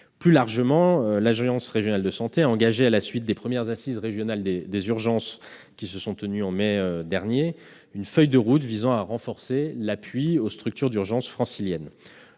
Plus largement, l'ARS a engagé, à la suite des premières assises régionales des urgences qui se sont tenues en mai dernier, une feuille de route visant à renforcer l'appui aux structures d'urgence franciliennes.